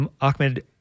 Ahmed